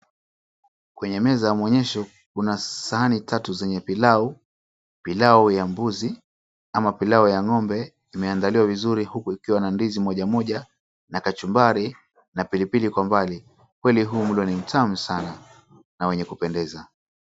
Kwenye meza ya maonyesho, kuna sahani tatu zenye pilau. Pilau ya mbuzi ama pilau ya ng'ombe imeandaliwa vizuri huku ikiwa na ndizi moja moja na kachumbari na pili pili kwa umbali. Kwenli huu mlo ni mtamu sana na wenye kupendeza.